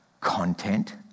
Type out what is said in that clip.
content